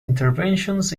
interventions